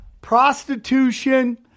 prostitution